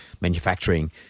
manufacturing